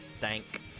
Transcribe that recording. thank